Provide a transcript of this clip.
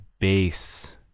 base